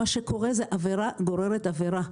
זה עבירה גוררת עבירה.